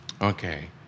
Okay